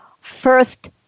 first